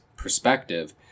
perspective